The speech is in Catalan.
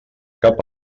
cap